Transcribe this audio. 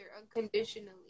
unconditionally